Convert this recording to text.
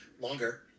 longer